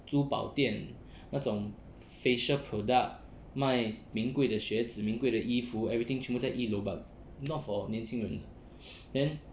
珠宝店那种 facial product 卖名贵的鞋子名贵的衣服 everything 全部都在一楼 but not for 年轻人 then